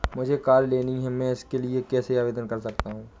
मुझे कार लेनी है मैं इसके लिए कैसे आवेदन कर सकता हूँ?